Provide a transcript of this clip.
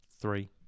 three